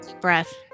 breath